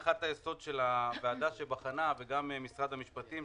הנחת היסוד של הוועדה שבחנה וגם משרד המשפטים,